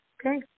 Okay